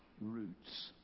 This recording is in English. Roots